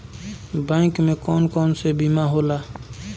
Bank में कौन कौन से बीमा होला?